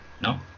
No